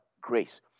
grace